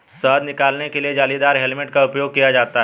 शहद निकालने के लिए जालीदार हेलमेट का उपयोग किया जाता है